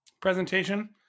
presentation